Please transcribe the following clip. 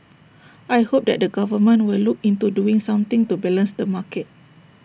I hope that the government will look into doing something to balance the market